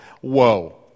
whoa